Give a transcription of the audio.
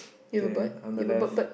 okay then on the left